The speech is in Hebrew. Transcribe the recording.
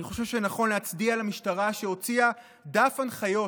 אני חושב שנכון להצדיע למשטרה, שהוציאה דף הנחיות